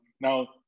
Now